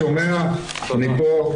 שומע, אני פה.